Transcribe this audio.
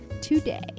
today